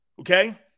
Okay